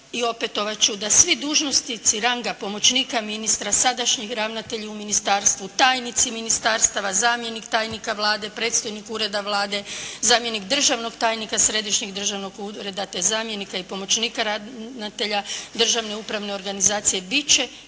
razumije./ … da svi dužnosnici ranga pomoćnika ministra, sadašnji ravnatelji u ministarstvu, tajnici ministarstava, zamjenik tajnika Vlade, predstojnik Ureda Vlade, zamjenik državnog tajnika Središnjeg državnog ureda te zamjenika i pomoćnika ravnatelja državne upravne organizacije bit